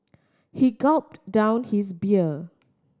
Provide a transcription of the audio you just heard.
he gulped down his beer